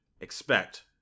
expect